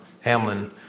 Hamlin